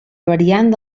variant